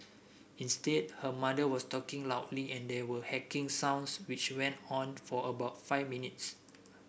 instead her mother was talking loudly and there were hacking sounds which went on for about five minutes